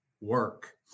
work